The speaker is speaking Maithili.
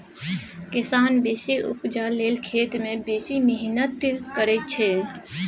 किसान बेसी उपजा लेल खेत मे बेसी मेहनति करय छै